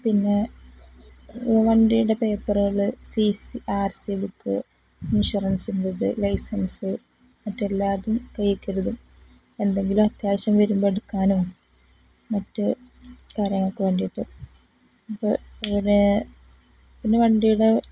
പിന്നെ വണ്ടിയുടെ പേപ്പറുകള് C C R C book ഇൻഷുറൻസിന്റേത് ലൈസൻസ് മറ്റെല്ലാം കയ്യില് കരുതും എന്തെങ്കിലും അത്യാവശ്യം വരുമ്പോള് എടുക്കാനോ മറ്റ് കാര്യങ്ങള്ക്കൊക്കെ വേണ്ടിയിട്ട് അപ്പോള് പിന്നെ വണ്ടിയുടെ